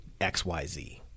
XYZ